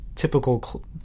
typical